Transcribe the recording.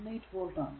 18 volt ആണ്